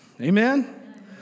Amen